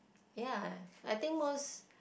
ya I think most